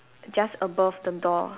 just above the door